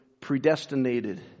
predestinated